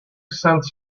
sense